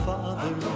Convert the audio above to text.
Father